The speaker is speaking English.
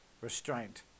restraint